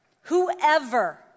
Whoever